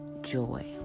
joy